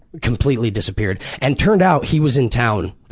completely disappeared. and turned out he was in town,